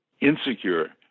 insecure